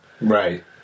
Right